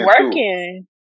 working